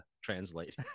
translate